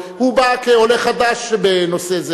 הוא בא כעולה חדש בנושא הזה,